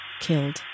killed